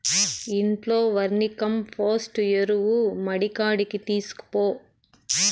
ఇంట్లో వర్మీకంపోస్టు ఎరువు మడికాడికి తీస్కపో